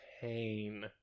Pain